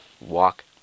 Walk